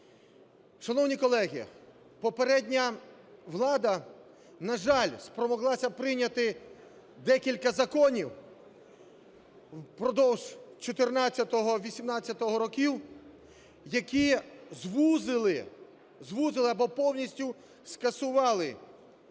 Шановні колеги, попередня влада, на жаль, спромоглася прийняти декілька законів впродовж 2014-2018 років, які звузили, звузили або повністю скасували